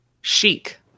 Chic